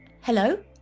hello